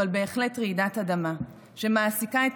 אבל בהחלט רעידת אדמה שמעסיקה את